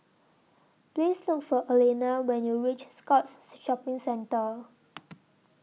Please Look For Alayna when YOU REACH Scotts Shopping Centre